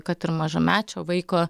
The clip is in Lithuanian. kad ir mažamečio vaiko